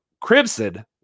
Crimson